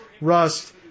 Rust